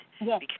Yes